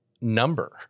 number